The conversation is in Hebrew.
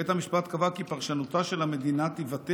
בית המשפט קבע כי פרשנותה של המדינה תיוותר